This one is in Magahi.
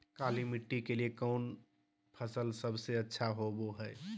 काली मिट्टी के लिए कौन फसल सब से अच्छा होबो हाय?